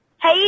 Hey